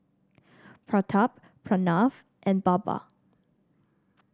Pratap Pranav and Baba